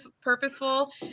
purposeful